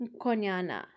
Konyana